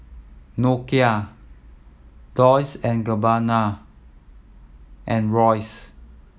Nokia Dolce and Gabbana and Royce